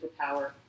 superpower